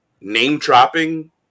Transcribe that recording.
name-dropping